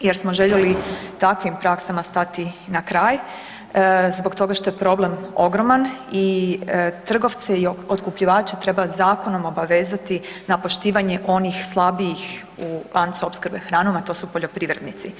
jer smo željeli takvim praksama stati na kraj zbog toga što je problem ogroman i trgovce i otkupljivače treba zakonom obavezati na poštivanje onih slabijih u lancu opskrbe hranom, a to su poljoprivrednici.